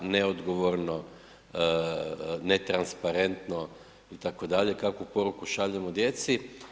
Neodgovorno, netransparentno, itd., kakvu poruku šaljemo djeci?